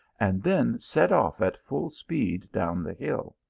and then set off at full speed down the hill.